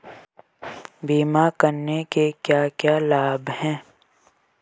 बीमा करने के क्या क्या लाभ हैं?